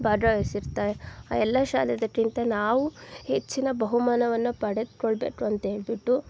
ಭಾಗವಹಿಸಿರ್ತಾವೆ ಆ ಎಲ್ಲ ಶಾಲೆದಕ್ಕಿಂತ ನಾವು ಹೆಚ್ಚಿನ ಬಹುಮಾನವನ್ನು ಪಡೆದುಕೊಳ್ಬೇಕು ಅಂತೇಳಿಬಿಟ್ಟು